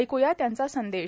ऐकू या त्यांचा संदेश